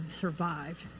survived